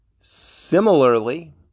Similarly